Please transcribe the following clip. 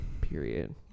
Period